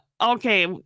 okay